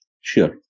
Sure